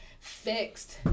Fixed